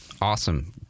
Awesome